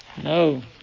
No